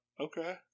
okay